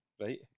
right